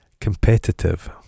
Competitive